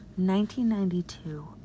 1992